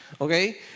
Okay